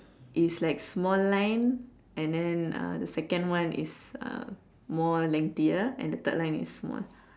is like small line and then uh the second one is uh more lengthier and the third line is small